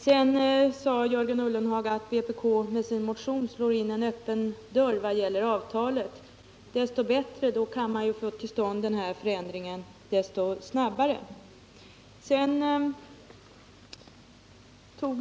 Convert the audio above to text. Sedan sade Jörgen Ullenhag att vpk med sin motion slår in en öppen dörr vad gäller avtalet. Desto bättre, för då kan man ju få den här förändringen än snabbare.